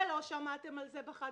שכמובן לא שמעתם על זה בחדשות,